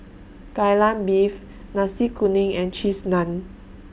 Kai Lan Beef Nasi Kuning and Cheese Naan